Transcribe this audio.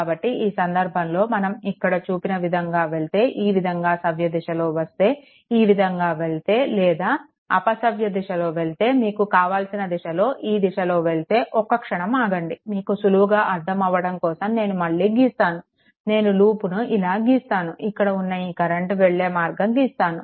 కాబట్టి ఈ సందర్భంలో మనం ఇక్కడ చూపిన విధంగా వెళ్తే ఈ విధంగా సవ్య దిశలో వ్రాస్తే ఈ విధంగా వెళ్తే లేదా అపసవ్య దిశ లో వెళ్తే మీకు కావలసిన దిశలో ఈ దిశలో వెళ్తే ఒక్క క్షణం ఆగండి మీకు సులువుగా అర్థం అవ్వడం కోసం నేను మళ్ళీ గీస్తాను నేను లూప్ను ఇలా గీస్తాను ఇక్కడ ఉన్న ఈ కరెంట్ వెళ్ళే మార్గంలో గీస్తాను